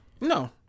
no